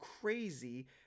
crazy